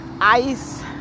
ice